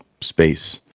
space